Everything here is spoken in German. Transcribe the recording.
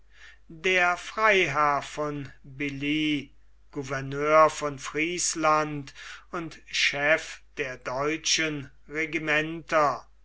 der freiherr von billy gouverneur von friesland und chef der deutschen regimenter